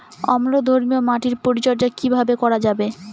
অম্লধর্মীয় মাটির পরিচর্যা কিভাবে করা যাবে?